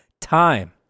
time